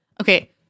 okay